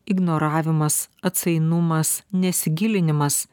ignoravimas atsainumas nesigilinimas